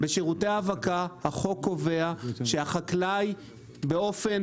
בשירותי האבקה החוק קובע שהחקלאי באופן